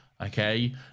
Okay